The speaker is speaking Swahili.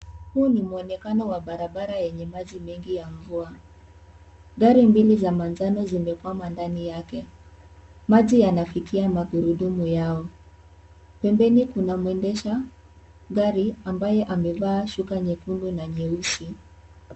Huu ni mwonekano wa barabara wenye maji mengi ya mvua . Gari mbili za manjano zimekwama ndani yake, maji yanafikia magurudumu Yao. Pempeni kuna muendesha gari ambaye amevaa shuka nyekundu na nyeusi .